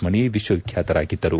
ಮಣಿ ವಿಶ್ವವಿಖ್ಯಾತರಾಗಿದ್ದರು